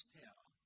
power